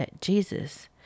Jesus